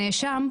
הנאשם,